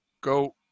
go